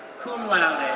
cum laude,